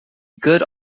good